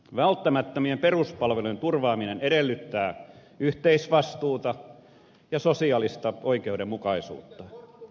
välttämättömien peruspalvelujen turvaaminen edellyttää yhteisvastuuta ja sosiaalista oikeudenmukaisuutta